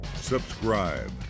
subscribe